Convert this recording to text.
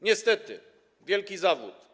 Niestety wielki zawód.